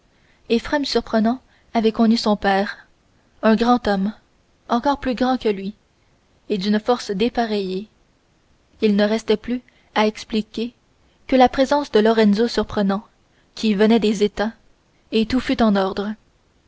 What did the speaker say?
éphrem surprenant avait connu son père un grand homme encore plus grand que lui et d'une force dépareillée il ne restait plus à expliquer que la présence de lorenzo surprenant qui venait des états et tout fut en ordre